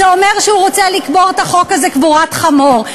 זה אומר שהוא רוצה לקבור את החוק הזה קבורת חמור.